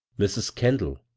mrs. kendall,